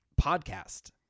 podcast